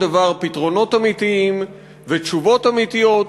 דבר פתרונות אמיתיים ותשובות אמיתיות,